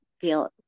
feel